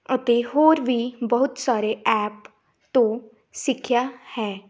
ਅਤੇ ਹੋਰ ਵੀ ਬਹੁਤ ਸਾਰੇ ਐਪ ਤੋਂ ਸਿੱਖਿਆ ਹੈ